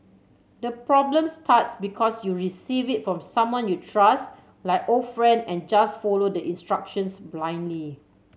the problem starts because you receive it from someone you trust like old friend and just follow the instructions blindly